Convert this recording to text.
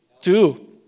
two